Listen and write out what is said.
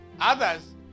others